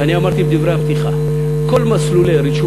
ואני אמרתי בדברי הפתיחה: כל מסלולי רישום